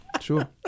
Sure